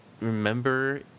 remember